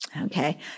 Okay